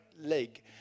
leg